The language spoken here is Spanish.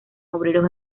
obreros